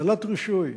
בעלת רישוי,